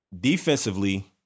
Defensively